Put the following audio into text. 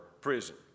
prison